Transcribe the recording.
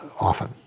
often